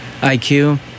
IQ